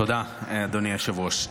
תודה, אדוני היושב-ראש.